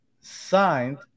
signed